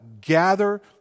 gather